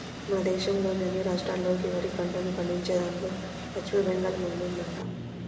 మన దేశంలోని అన్ని రాష్ట్రాల్లోకి వరి పంటను పండించేదాన్లో పశ్చిమ బెంగాల్ ముందుందంట